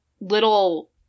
little